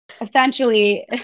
essentially